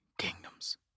kingdoms